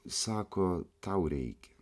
sako tau reikia